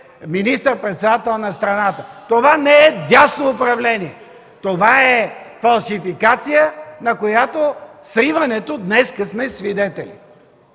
министър-председател на страната. Това не е дясно управление, това е фалшификация, на чието сриване днес сме свидетели.